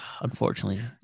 Unfortunately